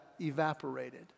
evaporated